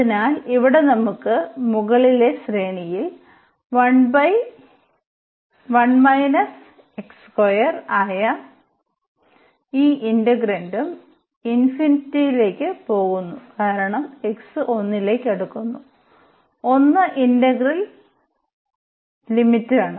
അതിനാൽ ഇവിടെ നമുക്ക് മുകളിലെ ശ്രേണിയിൽ ആയ ഈ ഇന്റഗ്രന്റും ലേക്ക് പോകുന്നു കാരണം x 1 ലേക്ക് അടുക്കുന്നു 1 ഇന്റഗ്രൽ പരിധിയിലാണ്